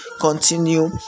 continue